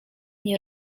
nie